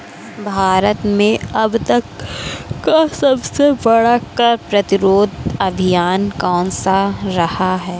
भारत में अब तक का सबसे बड़ा कर प्रतिरोध अभियान कौनसा रहा है?